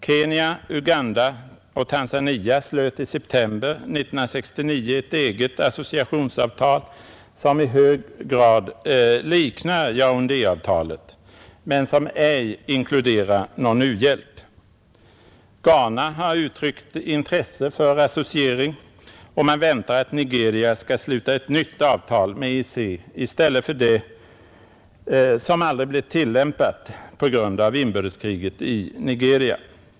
Kenya, Uganda och Tanzania slöt i september 1969 ett eget associationsavtal som i hög grad liknar Yaoundé-avtalet men som ej inkluderar någon u-hjälp. Ghana har uttryckt intresse för associering, och man väntar att Nigeria skall sluta ett nytt avtal med EEC i stället för det som aldrig blev tillämpat på grund av inbördeskriget i Nigeria.